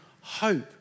hope